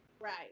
Right